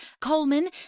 Coleman